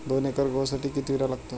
दोन एकर गहूसाठी किती युरिया लागतो?